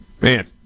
man